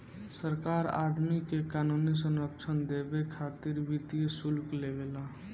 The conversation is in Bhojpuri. सरकार आदमी के क़ानूनी संरक्षण देबे खातिर वित्तीय शुल्क लेवे ला